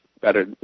better